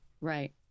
Right